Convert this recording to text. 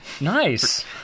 Nice